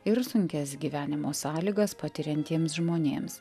ir sunkias gyvenimo sąlygas patiriantiems žmonėms